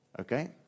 Okay